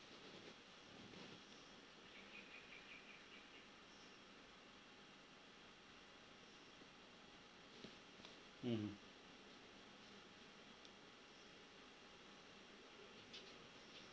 mmhmm